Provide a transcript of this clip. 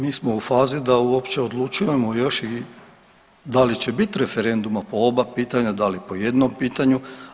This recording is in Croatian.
Mi smo u fazi da uopće odlučujemo još i da li će biti referenduma, da li po oba pitanja, da li po jednom pitanju.